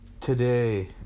today